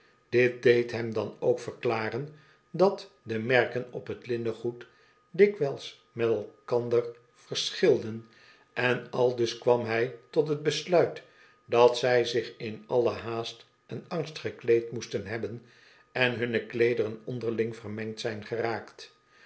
dit deed hem dan ook verklaren dat de merken op t linnengoed dikwijls met elkander verschilden en aldus kwam hij tot t besluit dat zij zich in alle haast en angst gekleed moesten hebben en hunne kleederen onderling vermengd zijn geraakt